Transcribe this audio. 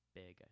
big